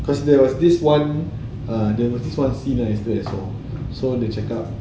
because there was this one ah there's this one scene so dia cakap